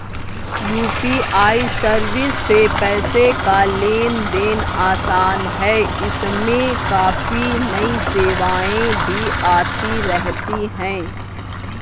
UPI service से पैसे का लेन देन आसान है इसमें काफी नई सेवाएं भी आती रहती हैं